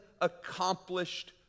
accomplished